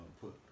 put